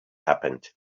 happened